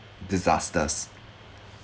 disasters